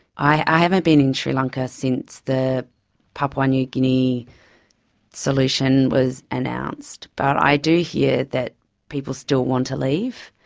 i haven't been in sri lanka since the papua new guinea solution was announced, but i do hear that people still want to leave,